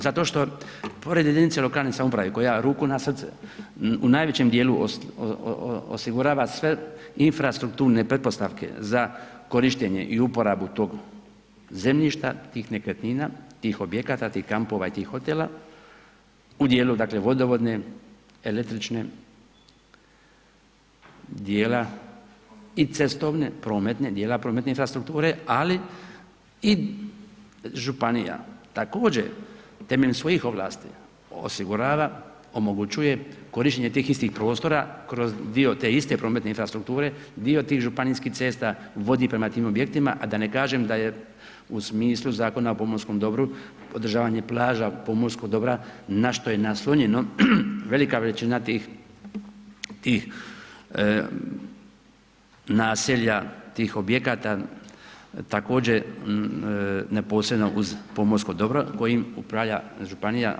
Zato što pored jedinice lokalne samouprave koja ruku na srce u najvećem dijelu osigurava sve infrastrukturne pretpostavke za korištenje i uporabu tog zemljišta, tih nekretnina, tih objekata, tih kampova i tih hotela, u dijelu dakle, vodovodne, električne, dijela i cestovne, prometne, dijela prometne infrastrukture, ali i županija također, temeljem svojih ovlasti osigurava, omogućuje korištenje tih istih prostora kroz dio te iste prometne infrastrukture, dio tih županijskih cesta vodi prema tim objektima, a da ne kažem da je u smislu Zakona o pomorskom dobru, podržavanje plaža pomorskog dobra na što je naslonjeno velika većina tih naselja, tih objekata također neposredno uz pomorsko dobro kojim upravlja županija.